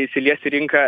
įsilies į rinką